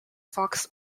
fox